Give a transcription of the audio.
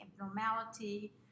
abnormality